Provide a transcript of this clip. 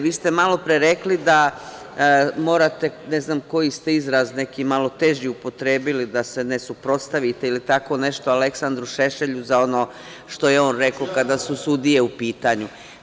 Vi ste malopre rekli da morate, ne znam koji ste izraz, neki malo teži upotrebili da se ne suprotstavite ili tako nešto, Aleksandru Šešelju, za ono što je on rekao kada su sudije u pitanju.